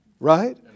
Right